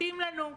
מתאים לנו.